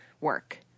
work